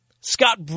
Scott